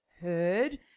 heard